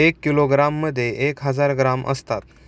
एक किलोग्रॅममध्ये एक हजार ग्रॅम असतात